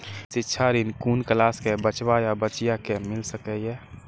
शिक्षा ऋण कुन क्लास कै बचवा या बचिया कै मिल सके यै?